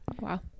wow